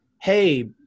Hey